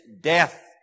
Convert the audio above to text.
death